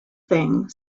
thing